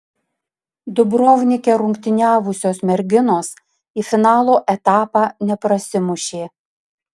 dubrovnike rungtyniavusios merginos į finalo etapą neprasimušė